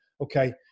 okay